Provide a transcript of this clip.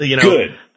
Good